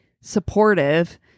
supportive